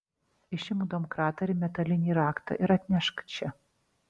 išimk domkratą ir metalinį raktą ir atnešk čia